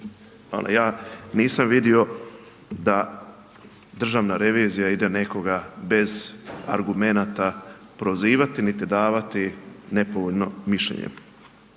ja nisam vidio da državna revizija ide nekoga bez argumenata prozivati niti davati nepovoljno mišljenje.